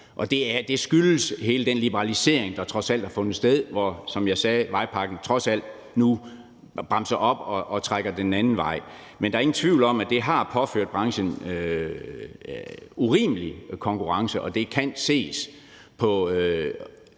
det skyldes hele den liberalisering, der har fundet sted, hvor man nu med vejpakken, som jeg sagde, trods alt bremser op og trækker den anden vej, men der er ingen tvivl om, at det har påført branchen urimelig konkurrence. Det er også